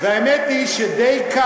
אולי יש גם חוק נורבגי שם.